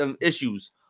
issues